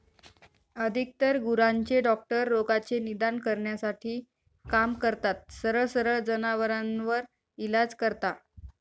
अधिकतर गुरांचे डॉक्टर रोगाचे निदान करण्यासाठी काम करतात, सरळ सरळ जनावरांवर इलाज करता